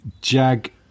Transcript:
JAG